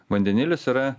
vandenilis yra